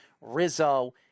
Rizzo